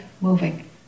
moving